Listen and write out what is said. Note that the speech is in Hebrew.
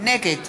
נגד